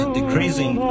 decreasing